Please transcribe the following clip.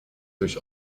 durch